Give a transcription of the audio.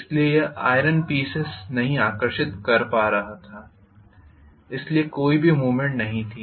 इसलिए यह iron pieces नहीं आकर्षित कर पा रहा था इसलिए कोई भी मूवमेंट नहीं थी